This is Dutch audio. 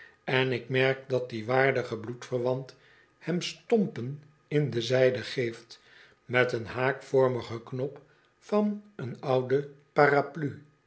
en ik merk dat die waardige bloedverwant hem stompen in de zijde geeft met den haakvormigen knop van een oude parapluie